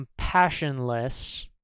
compassionless